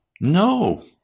No